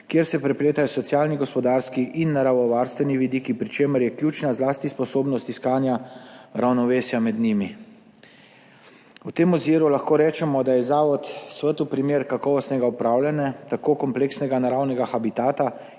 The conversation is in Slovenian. kjer se prepletajo socialni, gospodarski in naravovarstveni vidiki, pri čemer je ključna zlasti sposobnost iskanja ravnovesja med njimi. V tem oziru lahko rečemo, da je zavod svetel primer kakovostnega upravljanja tako kompleksnega naravnega habitata